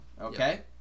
Okay